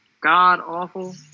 god-awful –